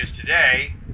Today